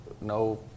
no